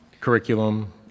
Curriculum